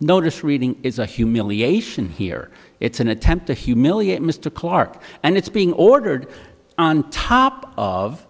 notice reading is a humiliation here it's an attempt to humiliate mr clarke and it's being ordered on top of